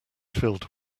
filled